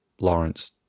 Lawrence